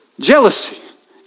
Jealousy